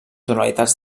tonalitats